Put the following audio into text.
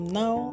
now